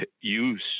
use